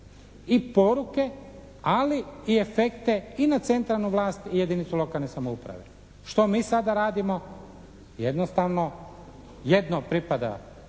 i poruke ali i efekte i na centralnu vlast i jedinicu lokalne samouprave. Što mi sada radimo? Jednostavno, jedno pripada